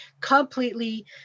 completely